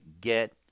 get